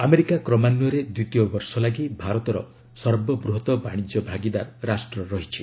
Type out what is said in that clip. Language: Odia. ଆମେରିକା କ୍ରମାନ୍ୱୟରେ ଦ୍ୱିତୀୟବର୍ଷ ଲାଗି ଭାରତର ସର୍ବବୃହତ ବାଶିଜ୍ୟ ଭାଗିଦାର ରାଷ୍ଟ୍ର ରହିଛି